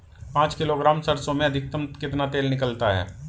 पाँच किलोग्राम सरसों में अधिकतम कितना तेल निकलता है?